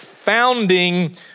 founding